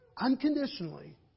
unconditionally